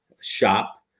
shop